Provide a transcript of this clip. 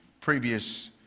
previous